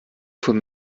von